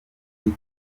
hafi